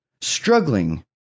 struggling